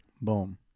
Boom